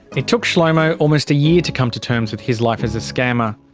it took shlomo almost a year to come to terms with his life as a scammer.